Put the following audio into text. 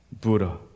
Buddha